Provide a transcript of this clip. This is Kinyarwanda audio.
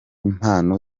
mpano